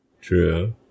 True